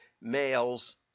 males